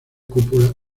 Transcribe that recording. cúpula